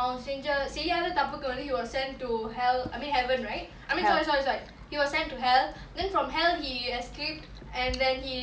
அவ செஞ்ச செய்யாத தப்புக்கு வந்து:ava senja seiyatha thappuku vanthu he was sent to hell I mean heaven right I mean sorry sorry sorry he was sent to hell then from hell he escaped and then he